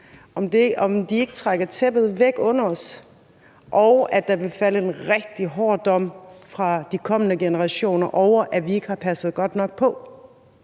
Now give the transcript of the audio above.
Anerkender ordføreren, at der vil falde en rigtig hård dom fra de kommende generationer over, at vi ikke har passet godt nok på?